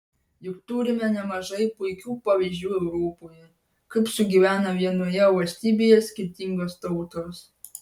juk turime nemažai puikių pavyzdžių europoje kaip sugyvena vienoje valstybėje skirtingos tautos